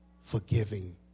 forgiving